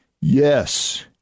Yes